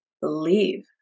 Believe